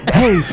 hey